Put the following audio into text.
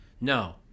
No